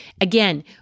Again